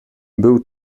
był